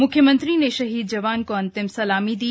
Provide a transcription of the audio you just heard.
म्ख्यमंत्री ने शहीद जवान को अंतिम सलामी दी